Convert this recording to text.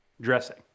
Dressing